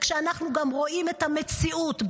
כשאנחנו גם רואים את המציאות,